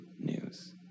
news